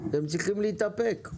אתם צריכים להתאפק.